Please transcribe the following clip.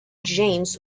james